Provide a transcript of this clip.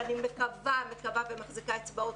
שאני מקווה ומחזיקה אצבעות,